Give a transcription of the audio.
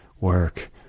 work